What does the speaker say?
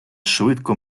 швидко